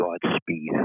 Godspeed